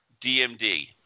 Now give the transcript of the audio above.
DMD